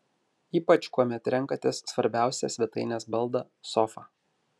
ypač kuomet renkatės svarbiausią svetainės baldą sofą